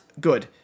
good